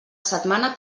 setmana